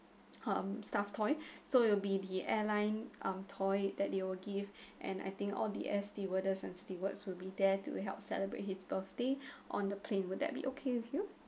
um stuff toy so it'll be the airline um toy that they will give and I think all the air stewardess and stewards will be there to help celebrate his birthday on the play will that be okay with you